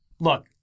Look